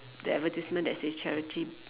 the advertisement that says charity